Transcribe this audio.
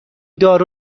دارو